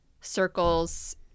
circles